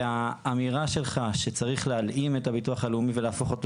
האמירה שלך שצריך להלאים את הביטוח הלאומי ולהפוך אותו